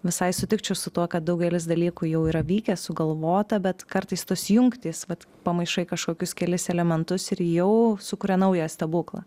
visai sutikčiau su tuo kad daugelis dalykų jau yra vykę sugalvota bet kartais tos jungtys vat pamaišai kažkokius kelis elementus ir jau sukuria naują stebuklą